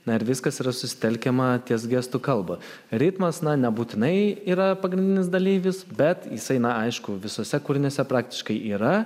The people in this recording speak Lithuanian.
na ir viskas yra susitelkiama ties gestų kalba ritmas na nebūtinai yra pagrindinis dalyvis bet jisai na aišku visuose kūriniuose praktiškai yra